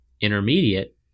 intermediate